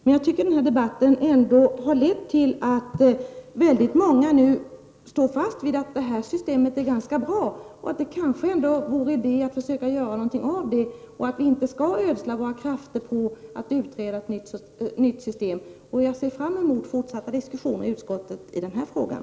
Jag tycker ändå att den här debatten har lett till att väldigt många nu står fast vid att det här systemet är ganska bra och att det kanske vore idé att försöka göra någonting av det. Vi skall inte ödsla våra krafter på att införa ett nytt system. Jag ser fram emot fortsatta diskussioner i utskottet i den här frågan.